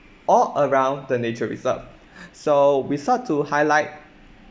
or around the nature reserve so we start to highlight